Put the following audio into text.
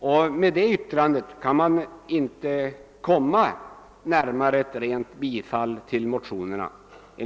Enligt min mening kan man inte komma närmare ett rent tillstyrkande av motionerna.